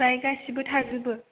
ओमफ्राय गासिबो थाजोबो